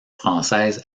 françaises